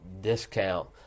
discount